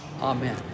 Amen